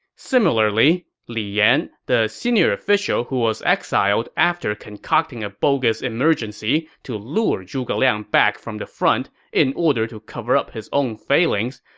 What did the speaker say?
similarly, li yan, the senior official who was exiled after concocting a bogus emergency to lure zhuge liang back from the front in order to cover up his own failings,